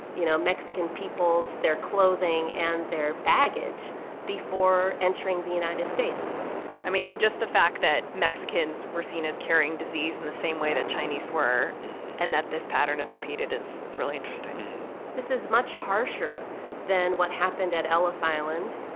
you know, mexican peoples, their clothing, and their baggage before entering the united states i mean, just the fact that mexicans were seen as carrying disease in the same way that chinese were and that this pattern is repeated is is really interesting this is much harsher than what happened at ellis island,